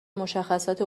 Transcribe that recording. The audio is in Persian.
مشخصات